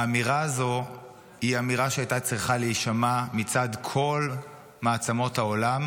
האמירה הזו היא אמירה שהייתה צריכה להישמע מצד כל מעצמות העולם